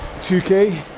2k